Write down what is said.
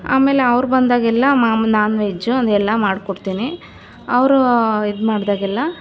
ಆಮೇಲೆ ಅವ್ರು ಬಂದಾಗೆಲ್ಲ ನಾನ್ ವೆಜ್ ಅದೆಲ್ಲ ಮಾಡ್ಕೊಡ್ತೀನಿ ಅವರು ಇದು ಮಾಡಿದಾಗೆಲ್ಲ